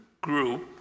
group